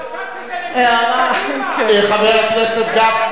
הערה, חבר הכנסת גפני,